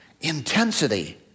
intensity